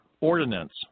ordinance